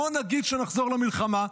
בוא נגיד שנחזור למלחמה.